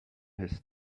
his